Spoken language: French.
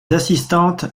assistantes